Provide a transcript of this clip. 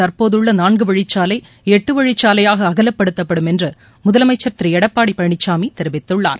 தற்போதுள்ள நான்கு வழிச்சாலை எட்டு வழிச்சாலையாக அகலப்படுத்தப்படும் என்று முதலமைச்சர் திரு எடப்பாடி பழனிசாமி தெரிவித்துள்ளார்